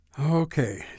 Okay